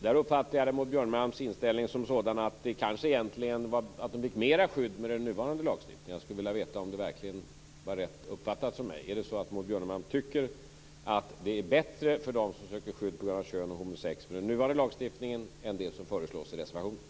Där uppfattade jag Maud Björnemalms inställning som sådan att de kanske egentligen fick mer skydd med den nuvarande lagstiftningen. Jag skulle vilja veta om det verkligen var rätt uppfattat av mig. Tycker Maud Björnemalm att det är bättre för dem som söker skydd på grund av kön eller homosexuell läggning med den nuvarande lagstiftningen än med det som föreslås i reservationen?